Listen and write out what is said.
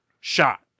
shot